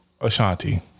Ashanti